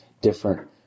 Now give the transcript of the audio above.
different